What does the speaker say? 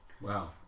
Wow